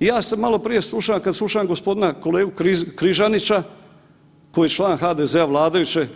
I ja sada maloprije slušam kad slušam gospodina kolegu Križanića koji je član HDZ-a vladajuće